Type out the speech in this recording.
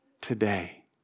today